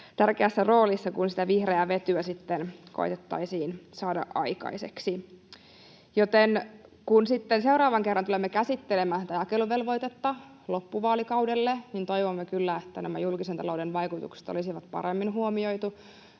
tärkeässä roolissa, kun sitä vihreää vetyä sitten koetettaisiin saada aikaiseksi. Joten kun sitten seuraavan kerran tulemme käsittelemään tätä jakeluvelvoitetta loppuvaalikaudelle, niin toivomme kyllä, että nämä julkisen talouden vaikutukset olisi paremmin huomioitu,